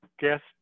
guest